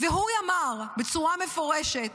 והוא אמר בצורה מפורשת: